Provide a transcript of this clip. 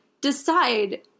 decide